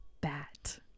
Bat